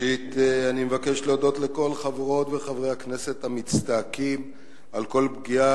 ראשית אני מבקש להודות לכל חברות וחברי הכנסת המצטעקים על כל פגיעה,